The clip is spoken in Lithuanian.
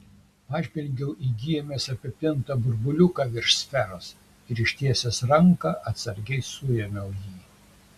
pažvelgiau į gijomis apipintą burbuliuką virš sferos ir ištiesęs ranką atsargiai suėmiau jį